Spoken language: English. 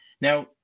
Now